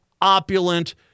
opulent